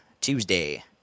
Tuesday